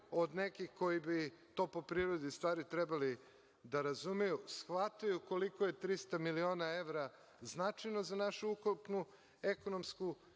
od nekih, koji bi to po prirodi stvari trebali da razumeju, shvataju koliko je 300 miliona evra značajno za našu ukupnu ekonomsku